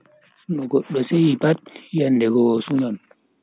No goddo seyi pat, yendego o sunan.